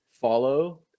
follow